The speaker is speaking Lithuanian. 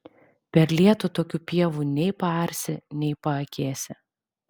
per lietų tokių pievų nei paarsi nei paakėsi